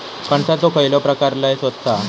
कणसाचो खयलो प्रकार लय स्वस्त हा?